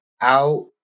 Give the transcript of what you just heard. out